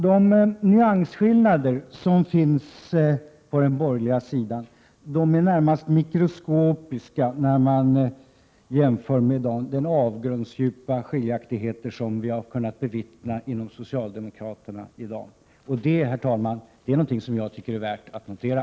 De nyansskillnader som finns på den borgerliga sidan är närmast mikroskopiska när man jämför med den avgrundsdjupa skiljaktighet som finns inom socialdemokratin och som vi kunnat bevittna i dag. Det är, herr talman, något som är värt att notera.